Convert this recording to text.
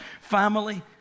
family